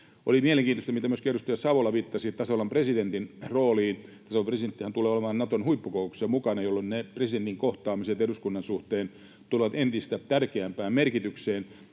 Oli mielenkiintoista, miten myöskin edustaja Savola viittasi tasavallan presidentin rooliin. Tasavallan presidenttihän tulee olemaan Naton huippukokouksissa mukana, jolloin ne presidentin kohtaamiset eduskunnan suhteen tulevat entistä tärkeämpään merkitykseen.